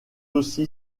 aussi